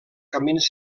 camins